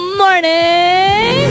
morning